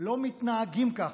לא מתנהגים ככה.